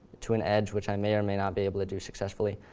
to an edge, which i may or may not be able to do successfully,